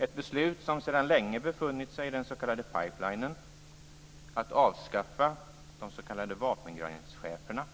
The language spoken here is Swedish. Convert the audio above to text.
Ett beslut som sedan länge befunnit sig i den s.k. pipelinen, att avskaffa de s.k. vapengrenscheferna,